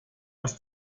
was